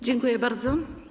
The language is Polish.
Dziękuję bardzo.